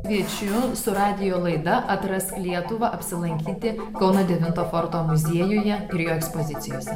kviečiu su radijo laida atrask lietuvą apsilankyti kauno devinto forto muziejuje ir jo ekspozicijose